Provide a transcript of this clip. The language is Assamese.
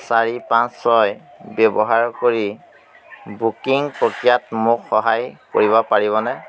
চাৰি পাঁচ ছয় ব্যৱহাৰ কৰি বুকিং প্ৰক্ৰিয়াত মোক সহায় কৰিব পাৰিবনে